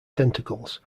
tentacles